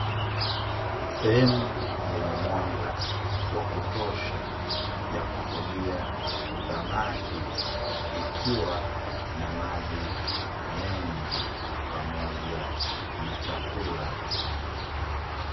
Sehemu yenye mwanga wa kutosha ya kufugia samaki ikiwa na maji mengi pamoja na chakula.